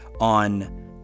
on